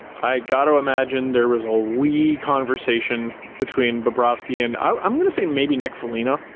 i got to imagine there was a wee conversation between bobrovsky and i'm gonna say maybe nick foligno.